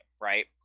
right